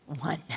one